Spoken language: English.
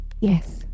Yes